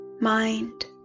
mind